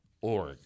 org